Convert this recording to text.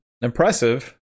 impressive